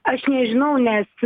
aš nežinau nes